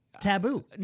Taboo